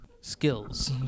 Skills